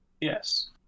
yes